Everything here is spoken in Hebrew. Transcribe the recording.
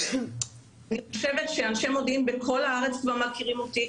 ואני חושבת שאנשי מודיעין בכל הארץ כבר מכירים אותי,